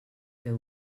fer